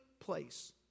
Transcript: place